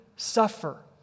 suffer